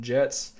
Jets